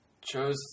chose